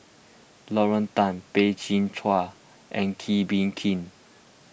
Lauren Tan Peh Chin Hua and Kee Bee Khim